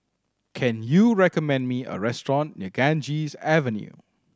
can you recommend me a restaurant near Ganges Avenue